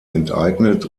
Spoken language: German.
enteignet